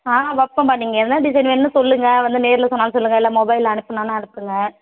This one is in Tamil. ம்ஹூம் ஒர்க் நீங்கள் என்ன டிசைன் வேணும்ன்னு சொல்லுங்கள் வந்து நேரில் சொன்னாலும் சொல்லுங்கள் இல்லை மொபைலில் அனுப்புனாலும் அனுப்புங்கள்